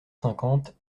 cinquante